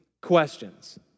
questions